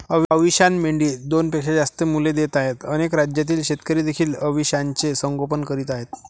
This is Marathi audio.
अविशान मेंढी दोनपेक्षा जास्त मुले देत आहे अनेक राज्यातील शेतकरी देखील अविशानचे संगोपन करत आहेत